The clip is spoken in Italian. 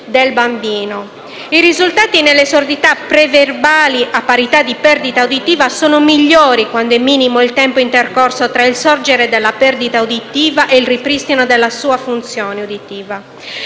I risultati nelle sordità preverbali, a parità di perdita uditiva, sono migliori quando è minimo il tempo intercorso tra il sorgere della perdita uditiva e il ripristino della sua funzione.